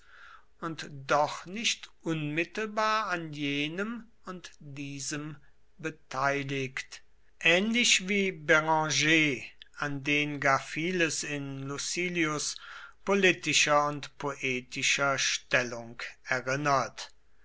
und doch nicht unmittelbar an jenem und diesem beteiligt ähnlich wie branger an den gar vieles in lucilius politischer und poetischer stellung erinnert